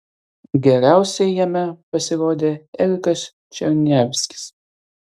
geriausiai jame pasirodė erikas černiavskis